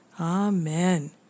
Amen